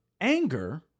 Anger